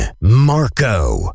Marco